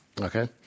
Okay